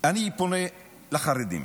אני פונה לחרדים,